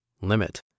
Limit